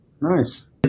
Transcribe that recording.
Nice